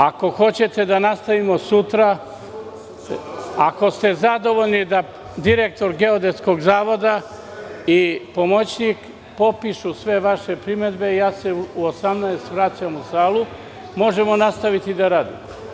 Ako hoćete da nastavimo sutra, ako ste zadovoljni da direktor Geodetskog zavoda i pomoćnik popišu sve vaše primedbe, u 18,00 časova se vraćam u salu i tada možemo nastaviti rad.